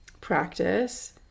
practice